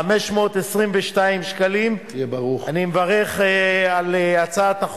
במאה אחוז, כלומר, הלכה למעשה.